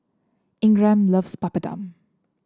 Ingram loves Papadum